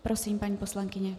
Prosím, paní poslankyně.